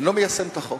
אינו מיישם את החוק.